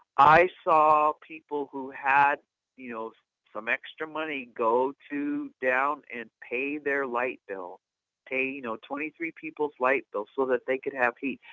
i saw people who had you know some extra money go to them and pay their light bill pay you know twenty three people's light bills, so that they could have heat.